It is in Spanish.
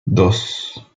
dos